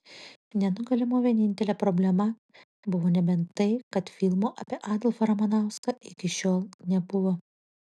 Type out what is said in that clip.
nenugalimo vienintelė problema buvo nebent tai kad filmo apie adolfą ramanauską iki šiol nebuvo